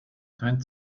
kein